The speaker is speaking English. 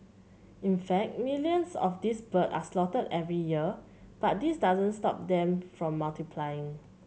in fact millions of these birds are slaughtered every year but this doesn't stop them from multiplying